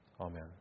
Amen